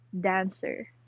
dancer